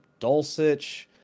Dulcich